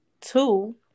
Two